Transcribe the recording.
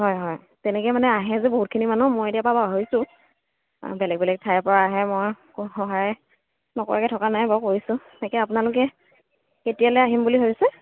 হয় হয় তেনেকৈ মানে আহে যে বহুতখিনি মানুহ মই এতিয়া বাৰু পাহৰিছোঁ বেলেগ বেলেগ ঠাইৰপৰা আহে মই সহায় নকৰাকৈ থকা নাই বাৰু কৰিছোঁ এতিয়া আপোনালোকে কেতিয়ালৈ আহিম বুলি ভাবিছে